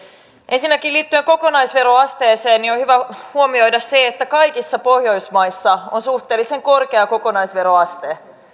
ensinnäkin liittyen kokonaisveroasteeseen on hyvä huomioida se että kaikissa pohjoismaissa on suhteellisen korkea kokonaisveroaste